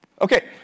Okay